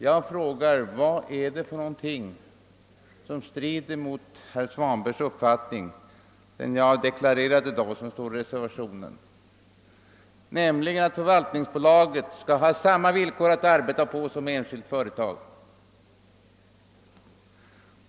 Jag frågar: Vad är det för någonting som strider mot herr Svanbergs uppfattning i det jag deklarerat i dag och det som står i reservationen, nämligen att förvaltningsbolaget skall ha samma villkor att arbeta på som enskilt företag?